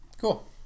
Cool